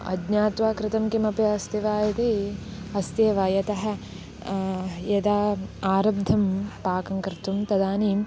अज्ञात्वा कृतं किमपि अस्ति वा इति अस्त्येव यतः यदा आरब्धं पाकं कर्तुं तदानीं